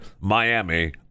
Miami